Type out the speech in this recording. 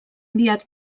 enviat